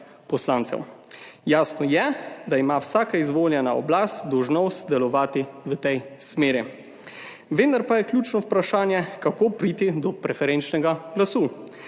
poslancev. Jasno je, da ima vsaka izvoljena oblast dolžnost delovati v tej smeri, vendar pa je ključno vprašanje, kako priti do preferenčnega glasu